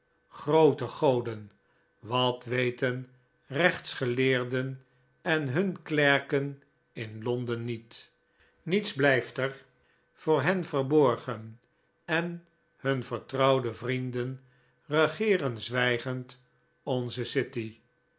groote goden wat weten rechtsgeleerden en hun klerken in londen niet niets blijft er voor hen verborgen en hun vertrouwde vrienden regeeren zwijgend onze